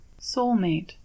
Soulmate